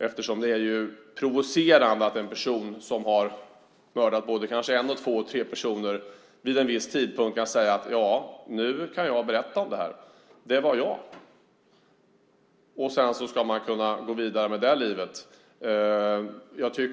Det är provocerande att en person som har mördat kanske en, två eller tre personer vid en viss tidpunkt kan säga: Ja, nu kan jag berätta om det här. Det var jag. Sedan ska man kunna gå vidare i livet med